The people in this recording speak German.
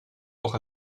auch